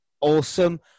awesome